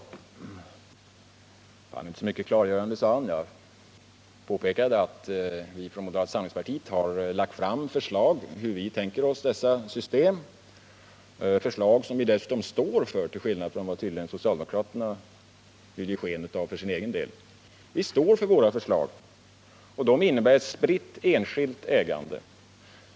Mitt inlägg var inte så klargörande, sade han. Jag påpekade att vi från moderata samlingspartiet har lagt fram förslag om hur vi tänker oss dessa system — system som vi dessutom står för, till skillnad från vad tydligen socialdemokraterna gör för sin egen del. Vi står för våra förslag, och de innebär ett spritt enskilt ägande.